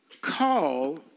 Call